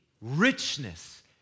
richness